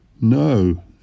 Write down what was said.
No